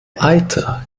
eiter